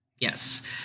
Yes